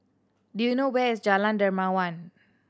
do you know where is Jalan Dermawan